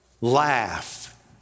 laugh